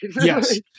yes